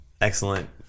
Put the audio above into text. Excellent